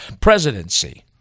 presidency